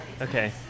okay